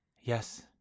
Yes